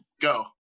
go